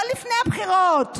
לא לפני הבחירות,